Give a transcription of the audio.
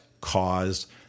caused